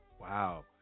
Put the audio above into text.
Wow